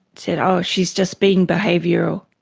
said, oh, she is just being behavioural.